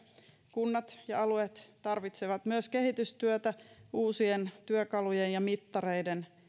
kunnat ja alueet tarvitsevat myös kehitystyötä uusien työkalujen ja mittareiden